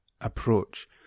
approach